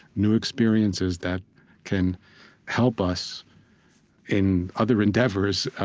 new experiences that can help us in other endeavors,